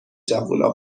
جوونا